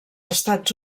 estats